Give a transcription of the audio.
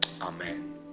Amen